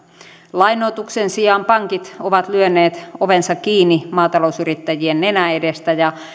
lainoituksen sijaan pankit ovat lyöneet ovensa kiinni maatalousyrittäjien nenän edestä ja